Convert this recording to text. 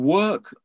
work